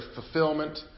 fulfillment